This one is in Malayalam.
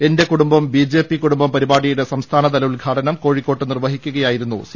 എന്റെ കുടുംബം ബിജെപി കുടുംബം പരിപാടിയുടെ സംസ്ഥാനതല ഉദ്ഘാടനം കോഴിക്കോട് നിർവ്വഹി ക്കുകയായിരുന്നു സി